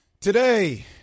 Today